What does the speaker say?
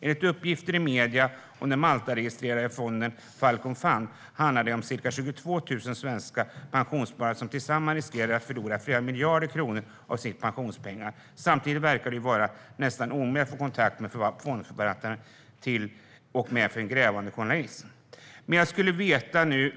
Enligt uppgifter i medierna om den Maltaregistrerade fonden Falcon Funds riskerar ca 22 000 svenska pensionssparare att tillsammans förlora flera miljarder kronor av sina pensionspengar. Samtidigt verkar det vara nästan omöjligt att få kontakt med fondförvaltaren, till och med för en grävande journalist.